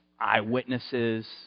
eyewitnesses